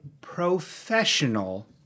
professional